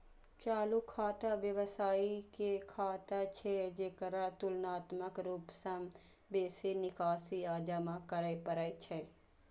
चालू खाता व्यवसायी के खाता छियै, जेकरा तुलनात्मक रूप सं बेसी निकासी आ जमा करै पड़ै छै